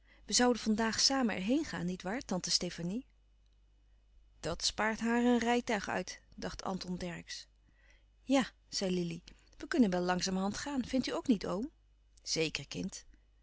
we zouden van daag samen er heen gaan niet waar tante stefanie dat spaart haar een rijtuig uit dacht anton dercksz ja zei lili we kunnen wel langzamerhand gaan vindt u ook niet oom zeker kind